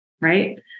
right